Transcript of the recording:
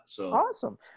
Awesome